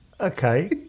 okay